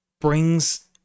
brings